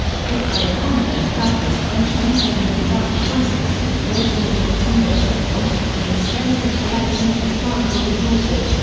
a book by economist douglas french detailing the dutch crisis wageningen tulip portal, an extensive collection of historical resources,